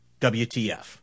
WTF